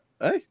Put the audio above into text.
hey